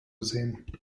sehen